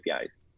APIs